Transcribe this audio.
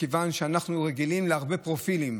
מכיוון שאנחנו רגילים להרבה פרופילים,